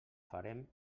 farem